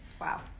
Wow